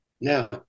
Now